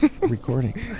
recording